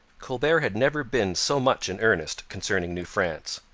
colbert had never been so much in earnest concerning new france.